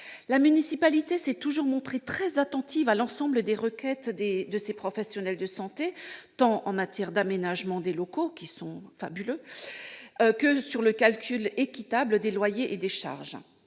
La municipalité s'est toujours montrée très attentive à l'ensemble des requêtes de ces professionnels de santé, tant en matière d'aménagement des locaux- des locaux fabuleux -que sur le calcul équitable des loyers et charges.